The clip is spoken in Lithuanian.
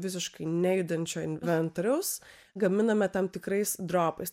visiškai nejudančio inventoriaus gaminame tam tikrais dropais